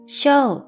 show